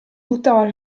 buttava